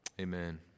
Amen